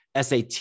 sat